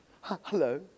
Hello